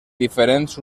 diferents